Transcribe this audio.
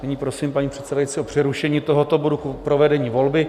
Nyní prosím, paní předsedající, o přerušení tohoto bodu k provedení volby.